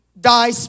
die